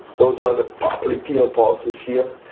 those are the popliteal pulses here,